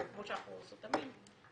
שאנחנו עושות תמיד.